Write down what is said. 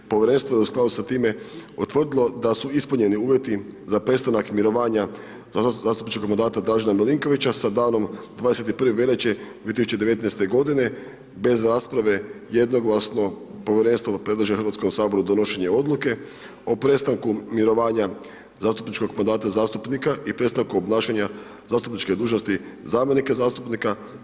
Povjerenstvo je u skladu sa time utvrdilo da su ispunjeni uvjeti za prestanak mirovanja zastupničkog mandata Dražena Milinkovića sa danom 21. veljače 2019. bez rasprave, jednoglasno povjerenstvo predlaže Hrvatskom saboru donošenje odluke o prestanku mirovanja zastupničkog mandata zastupnika i prestanku obnašanja zastupničke dužnosti zamjenika zastupnika.